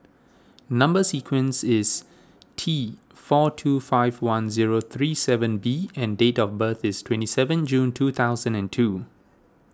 Number Sequence is T four two five one zero three seven B and date of birth is twenty seven June two thousand and two